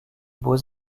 beaux